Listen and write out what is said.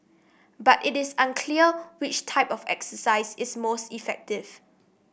but it is unclear which type of exercise is most effective